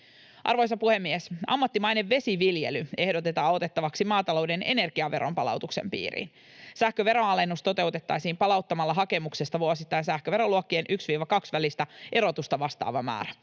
Arvoisa puhemies! Ammattimainen vesiviljely ehdotetaan otettavaksi maatalouden energiaveron palautuksen piiriin. Sähkön veronalennus toteutettaisiin palauttamalla hakemuksesta vuosittain sähköveroluokkien I—II välistä erotusta vastaava määrä.